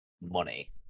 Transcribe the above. money